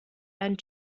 einen